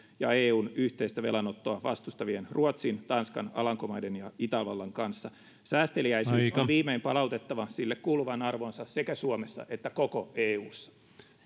ja eun yhteistä velanottoa vastustavien ruotsin tanskan alankomaiden ja itävallan kanssa säästeliäisyys on viimein palautettava sille kuuluvaan arvoonsa sekä suomessa että koko eussa